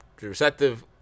receptive